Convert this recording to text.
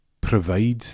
provide